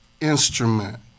instrument